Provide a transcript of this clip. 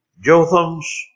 Jotham's